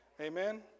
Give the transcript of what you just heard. Amen